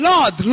Lord